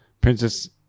princess